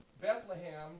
Bethlehem